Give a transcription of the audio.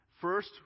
First